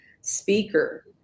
speaker